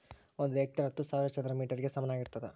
ಒಂದು ಹೆಕ್ಟೇರ್ ಹತ್ತು ಸಾವಿರ ಚದರ ಮೇಟರ್ ಗೆ ಸಮಾನವಾಗಿರ್ತದ